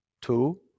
Two